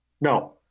No